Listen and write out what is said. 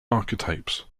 archetypes